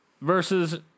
versus